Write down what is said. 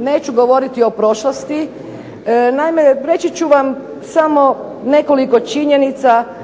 neću govoriti o prošlosti, naime reći ću vam samo nekoliko činjenica